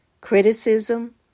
criticism